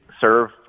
serve